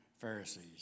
Pharisees